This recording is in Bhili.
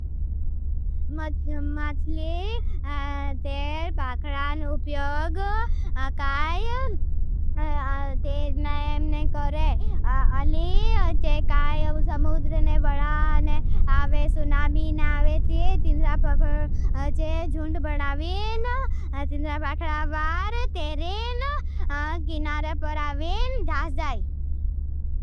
मत्ली तेर पाखडान उप्योग कायम तेर नयमने करें। अलि जे कायम समूद्रने बड़ाने आवे सुनाबीन आवे। ते तिंद्रा पाखडा जुंड बढ़ावेन तिंद्रा पाखडा वार तेरेन गिनारे परावेन धास जाई।